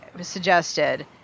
suggested